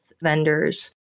vendors